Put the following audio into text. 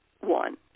One